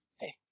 Hey